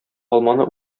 алманы